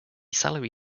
salary